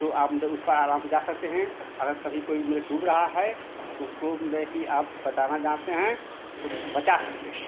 तो आप मतलब उस पार आराम से जा सकते हैं अगर कभी कोई मतलब डूब रहा है तो उसको मतलब कि आप तैरना जानते हैं तो बचा सकते हैं